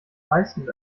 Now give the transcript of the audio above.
meisten